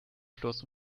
fluss